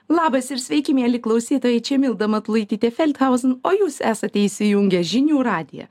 labas ir sveiki mieli klausytojai čia milda matulaitytė felthausen o jūs esate įsijungę žinių radiją